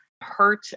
hurt